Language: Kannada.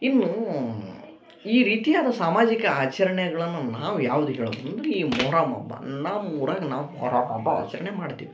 ಇನ್ನು ಈ ರೀತಿಯಾದ ಸಾಮಾಜಿಕ ಆಚರಣೆಗಳನ್ನು ನಾವು ಯಾವ್ದಕ್ಕೆ ಹೇಳ್ತಿವಂದ್ರ್ ಈ ಮೊಹರಮ್ ಹಬ್ಬ ನಮ್ಮ ಊರಾಗ ನಾವು ಮೊಹರಮ್ ಹಬ್ಬ ಆಚರಣೆ ಮಾಡ್ತೀವಿ